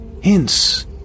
hints